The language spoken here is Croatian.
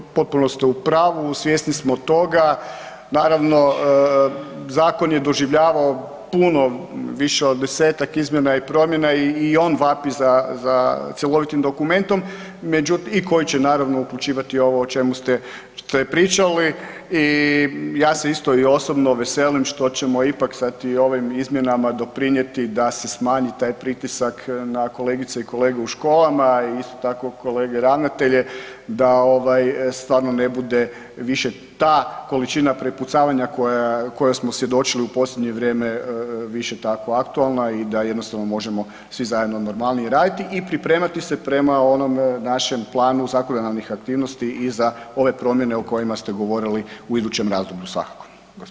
Potpuno ste u pravu, svjesni smo toga, naravno, zakon je doživljavao puno više od 10-ak izmjena i promjena, i on vapi za cjelovitim dokumentom i koji će naravno uključivati ovo o čemu ste pričali i ja se isto i osobno veselim što ćemo ipak sa ovim izmjenama doprinijeti da se smanji taj pritisak na kolegice i kolege u školama, isto tako kolege ravnatelje da stvarno ne bude više ta količina prepucavanja kojoj smo svjedočili u posljednje vrijeme, više tako aktualna i da jednostavno možemo svi zajedno normalnije raditi i pripremati se prema onom našem planu zakonodavnih aktivnosti i za ove promjene o kojima ste govorili u idućem razdoblju svakako.